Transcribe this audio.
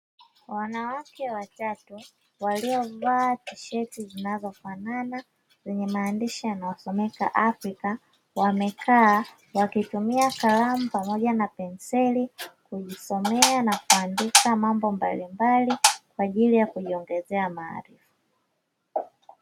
Wanawake watatu waliovaa tisheti zinazofanana zenye maandishi yanayosomeka Afrika, wamekaa wakitumia kalamu pamoja na penseli kujisomea na kuandika mambo mbalimbali kwa ajili ya kujiongezea maarifa.